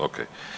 Ok.